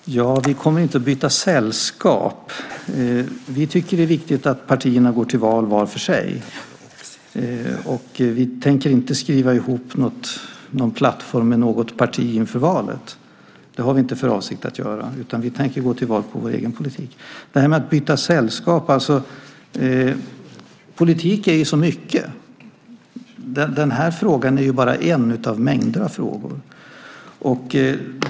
Fru talman! Vi kommer inte att byta sällskap. Vi tycker att det är viktigt att partierna går till val var för sig. Vi tänker inte skriva ihop någon plattform med något parti inför valet. Det har vi inte för avsikt att göra. Vi tänker gå till val på vår egen politik. Politik är ju så mycket. Den här frågan är bara en av många frågor.